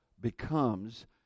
becomes